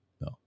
No